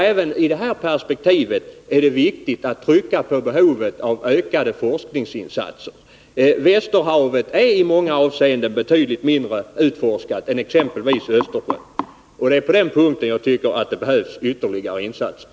Även i detta perspektiv är det viktigt att trycka på behovet av ökade forskningsinsatser. Västerhavet är i många avseenden betydligt mindre utforskat än exempelvis Östersjön, varför ytterligare åtgärder måste sättas in på forskningssidan.